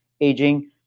aging